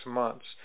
months